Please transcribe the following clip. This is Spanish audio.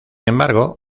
embargo